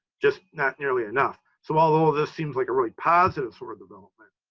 just not nearly enough. so although this seems like a really positive sort of development,